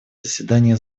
заседание